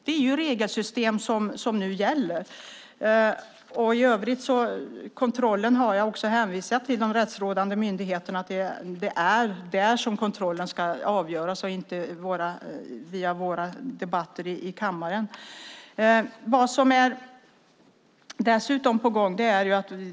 Det är regelsystem som nu gäller. I fråga om kontrollen har jag hänvisat till de rättsvårdande myndigheterna. Det är där som kontrollen ska avgöras och inte i våra debatter i kammaren.